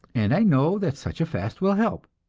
and i know that such a fast will help,